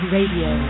Radio